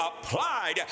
applied